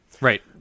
Right